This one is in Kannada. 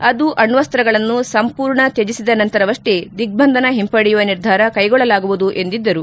ಅದು ಅಣ್ಣಸ್ತಗಳನ್ನು ಸಂಪೂರ್ಣ ತ್ವಜಿಸಿದ ನಂತರವಷ್ಷೇ ದಿಗ್ಗಂಧನ ಹಿಂಪಡೆಯುವ ನಿರ್ಧಾರ ಕೈಗೊಳ್ಳಲಾಗುವುದು ಎಂದಿದ್ದರು